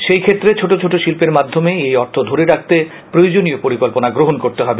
সেই ক্ষেত্রে ছোট ছোট শিল্পের মাধ্যমে এই অর্থ ধরে রাখতে প্রয়োজনীয় পরিকল্পনা গ্রহণ করতে হবে